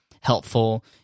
helpful